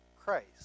Christ